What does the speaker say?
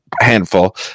handful